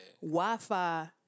Wi-Fi